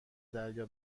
دریا